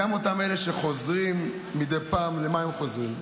גם אותם אלה שחוזרים מדי פעם, למה הם חוזרים?